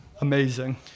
Amazing